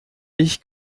ich